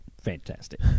Fantastic